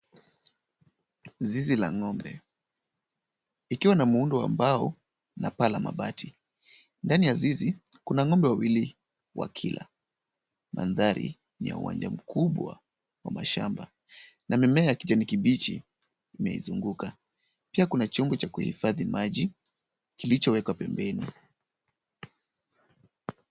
Zizi la ng'ombe, likiwa na muundo ambao na paa la mabati. Ndani ya zizi, kuna ng'ombe wawili wakila. Mandhari ni ya uwanja mkubwa wa mashamba na mimea ya kijani kibichi imeizunguka. Pia kuna chombo cha kuhifadhi maji, kilichowekwa pembeni.